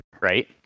right